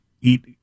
eat